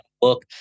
book